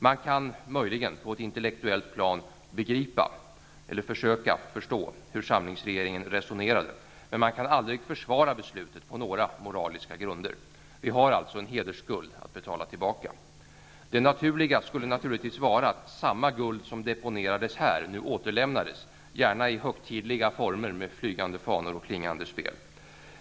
Man kan möjligen på ett intellektuellt plan begripa eller försöka förstå hur samlingsregeringen resonerade, men man kan aldrig försvara beslutet på några moraliska grunder. Vi har alltså en hedersskuld att betala tillbaka. Det naturliga skulle givetvis vara att samma guld som deponerades här i Sverige nu återlämnades, gärna i högtidliga former med flygande fanor och klingande spel.